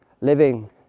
living